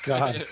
God